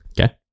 Okay